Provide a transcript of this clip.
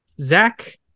Zach